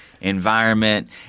Environment